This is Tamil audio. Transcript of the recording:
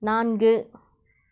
நான்கு